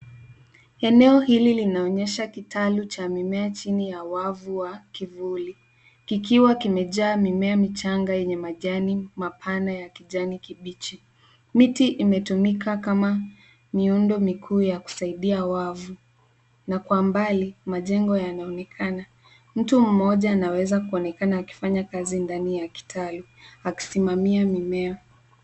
Eneo hili linaonyesha kitalu cha mimea chini ya wavu wa kivuli kikiwa kimejaa mimea michanga yenye majani mapana ya kijani kibichi. Miti imetumika kama miundo mikuu ya kusaidia wavu na kwa mbali majengo yanaonekana. Mtu mmoja anaweza kuonekana akifanya kazi ndani ya kitalu akisimamia mimea.